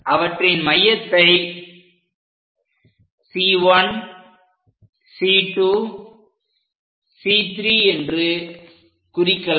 அவற்றின் மையத்தை C1 C2 C3 என்று குறிக்கலாம்